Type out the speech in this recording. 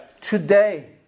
Today